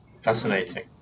Fascinating